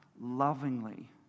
lovingly